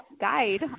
guide